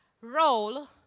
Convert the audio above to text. role